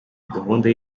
gahunda